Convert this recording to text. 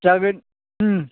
जागोन